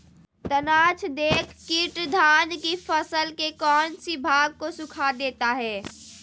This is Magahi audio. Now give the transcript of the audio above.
तनाछदेक किट धान की फसल के कौन सी भाग को सुखा देता है?